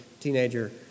teenager